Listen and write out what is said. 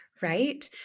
right